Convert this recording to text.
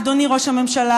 אדוני ראש הממשלה,